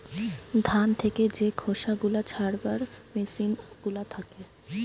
ধান থেকে যে খোসা গুলা ছাড়াবার মেসিন গুলা থাকে